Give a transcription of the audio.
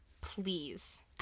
Please